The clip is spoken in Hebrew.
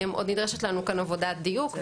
עוד נדרשת לנו כאן עבודת דיוק.